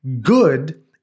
Good